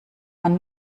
man